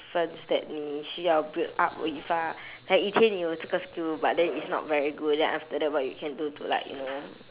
different step 你需要 build up like 以前你有这个 skill but then it was not very good then after that what you can do to like you know